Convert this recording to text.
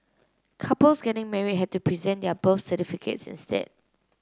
couples getting married had to present their birth certificates instead